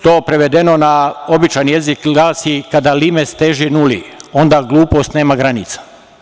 To prevedeno na običan jezik glasi – kada limes teži nuli, onda glupost nema granica.